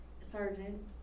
sergeant